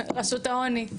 רשות העוני.